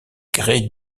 grès